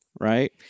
Right